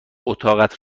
اتاقت